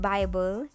Bible